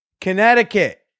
Connecticut